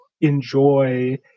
enjoy